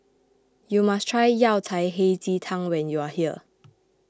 you must try Yao Cai Hei Ji Tang when you are here